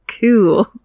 cool